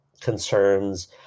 concerns